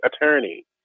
attorney